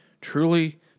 truly